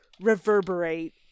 reverberate